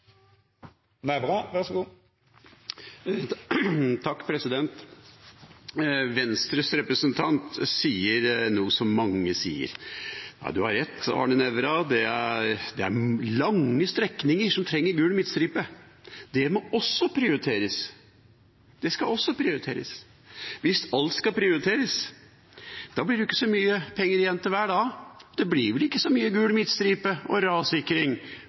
Nævra, det er lange strekninger som trenger gul midtstripe, men det skal også prioriteres, og hvis alt skal prioriteres, blir det jo ikke så mye penger igjen til hver. Det blir vel ikke så mye gul midtstripe og rassikring,